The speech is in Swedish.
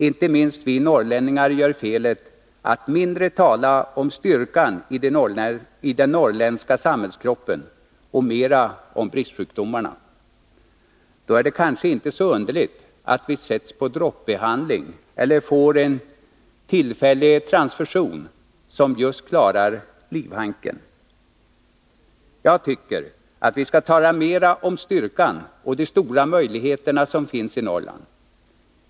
Inte minst vi norrlänningar gör felet att mindre tala om styrkan i den norrländska samhällskroppen och mera om bristsjukdomarna. Då är det kanske inte så underligt att vi sätts på droppbehandling eller får en tillfällig transfusion som just klarar livhanken. Jag tycker att vi skall tala mera om styrkan och de stora möjligheter som finns i Norrland.